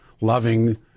loving